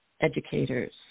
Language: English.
educators